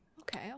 okay